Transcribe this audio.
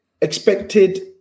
expected